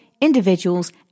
individuals